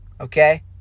Okay